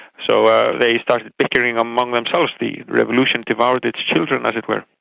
so they started bickering among themselves, the revolution devoured its children, as it were.